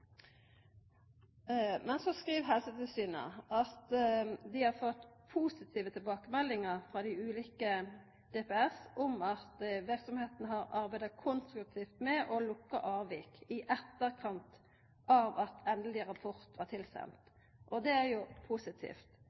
Så skriv Helsetilsynet at dei har fått positive tilbakemeldingar frå dei ulike DPS om at verksemdene har arbeidd konstruktivt med å lukka avvika i etterkant av at endeleg rapport var tilsend. Det er jo positivt.